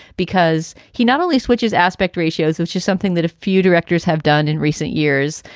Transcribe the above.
because he not only switches aspect ratios, which is something that a few directors have done in recent years,